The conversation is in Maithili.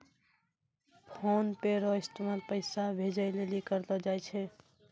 फोनपे रो इस्तेमाल पैसा भेजे लेली करलो जाय छै